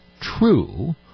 true